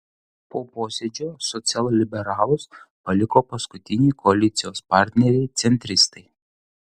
po posėdžio socialliberalus paliko paskutiniai koalicijos partneriai centristai